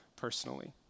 personally